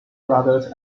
brothers